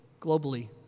globally